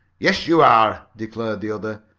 yes, you are! declared the other.